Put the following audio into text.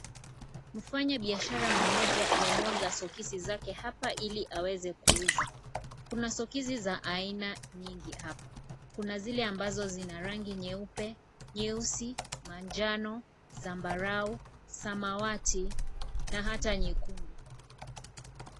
Mfanyabiashara mmoja, amemwaga soksi zake hapa ili aweze kuuza. Kuna soksi za aina nyingi hapa. Kuna zile ambazo zina rangi nyeupe, nyeusi, manjano, zambarau, samawati na hata nyekundu.